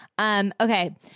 Okay